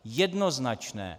Jednoznačné.